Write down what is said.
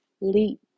leap